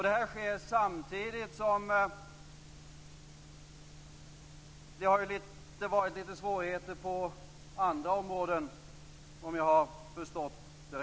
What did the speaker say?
Detta sker samtidigt som det har varit litet svårigheter på andra områden, om jag har förstått rätt.